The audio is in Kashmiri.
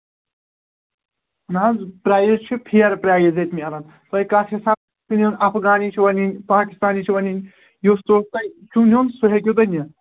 نہَ حظ پرٛایِز چھُ فِیر پرٛٲیِز ییٚتہِ میلن تۅہہِ کتھ حسابَس منٛز نِیُن افغٲنی چھُوا نِنۍ پاکِستانی چھُوا نِنۍ یُس سوٗٹ تۅہہِ چھُو نِیُن سُہ ہیٚکِو تُہۍ نِتھ